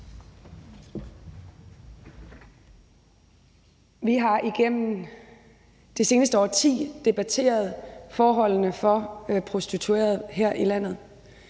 Vi har igennem det seneste årti debatteret forholdene for prostituerede her i landet.